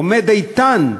עומד איתן,